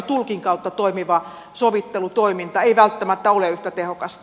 tulkin kautta toimiva sovittelutoiminta ei välttämättä ole yhtä tehokasta